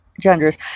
genders